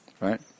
Right